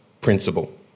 principle